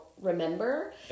remember